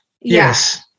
yes